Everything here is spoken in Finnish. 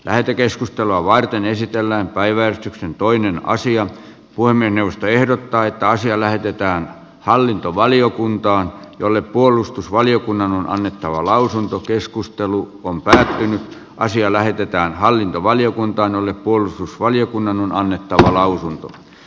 lähetekeskustelua varten esitellään päivän toinen asia voi mennä ehdottaa että asia lähetetään hallintovaliokuntaan jolle puolustusvaliokunnan on annettava lausunto keskustelu on päätynyt asia lähetetään hallintovaliokuntaan jolle puolustusvaliokunnan on annettava lausunto